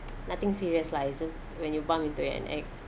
nothing serious lah it's just when you bump into an ex